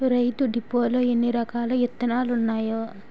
రైతు డిపోలో ఎన్నిరకాల ఇత్తనాలున్నాయో